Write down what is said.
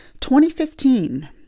2015